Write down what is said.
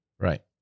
right